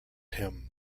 him